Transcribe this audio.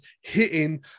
hitting